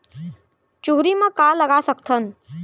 चुहरी म का लगा सकथन?